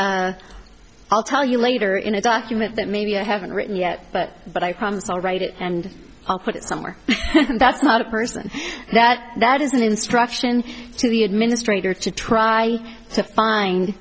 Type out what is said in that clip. i'll tell you later in a document that maybe i haven't written yet but but i promise i'll write it and i'll put it somewhere that's not a person that that is an instruction to the administrator to try to find